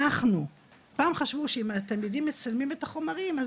פעם חשבו שאם התלמידים מצלמים את החומרים,